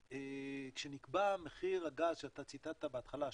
כשנקבע מחיר הגז שאתה ציטטת בהתחלה,